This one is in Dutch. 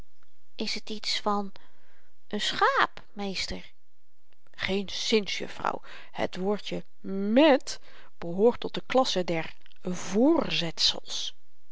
is t iets van n schaap meester geenszins juffrouw het woordje met behoort tot de klasse der